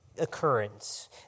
occurrence